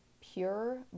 pure